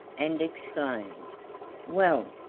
and exclaimed well,